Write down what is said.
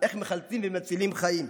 איך מחלצים ומצילים חיים.